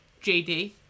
JD